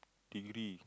degree